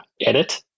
edit